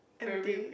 empty